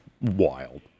wild